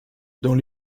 dans